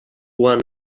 one